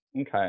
Okay